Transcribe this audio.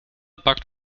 bakt